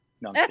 no